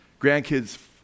grandkids